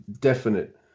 definite